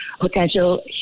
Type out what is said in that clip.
potential